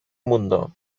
mundo